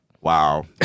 Wow